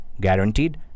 guaranteed